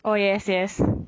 oh yes yes